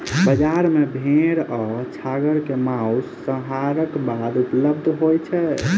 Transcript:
बजार मे भेड़ आ छागर के मौस, संहारक बाद उपलब्ध होय छै